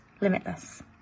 limitless